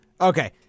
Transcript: Okay